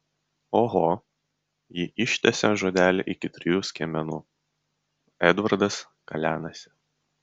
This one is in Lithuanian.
oho ji ištęsė žodelį iki trijų skiemenų edvardas kalenasi